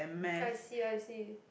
I see I see